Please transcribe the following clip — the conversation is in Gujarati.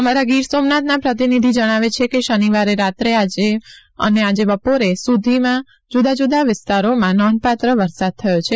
અમારા ગીર સોમનાથના પ્રતિનિધિ જણાવે છે કે શનિવારે રાત્રે અને આજે બપોરે સુધીમાં જુદા જુદા વિસ્તારોમાં નોંધપાત્ર વરસાદ થયો છે